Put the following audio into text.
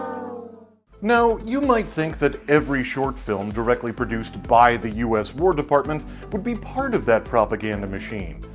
now you might think that every short film directly produced by the us war department would be part of that propaganda machine,